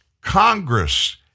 Congress